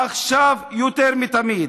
עכשיו יותר מתמיד.